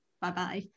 Bye-bye